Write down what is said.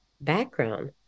background